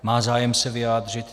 Má zájem se vyjádřit.